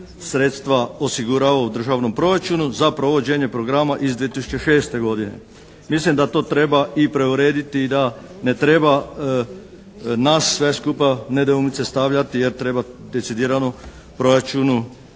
sredstva osiguravaju u Državnom proračunu za provođenje programa iz 2006. godine. Mislim da to treba i preurediti i da ne treba nas sve skupa u nedoumice stavljati jer treba decidirano u proračunu